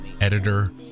editor